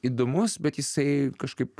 įdomus bet jisai kažkaip